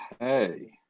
Okay